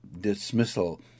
dismissal